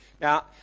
Now